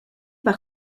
par